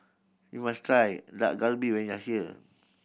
you must try Dak Galbi when you are here